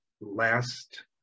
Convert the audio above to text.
last